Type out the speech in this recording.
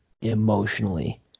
emotionally